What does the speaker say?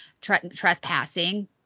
trespassing